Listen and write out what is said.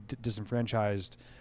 disenfranchised